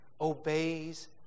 obeys